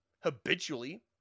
habitually